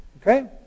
Okay